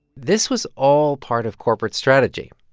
this was all part of corporate strategy.